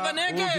לא בנגב?